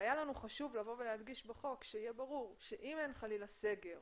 היה לנו חשוב להדגיש בחוק שיהיה ברור שאם יש סגר